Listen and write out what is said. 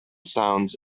sounds